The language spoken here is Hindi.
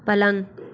पलंग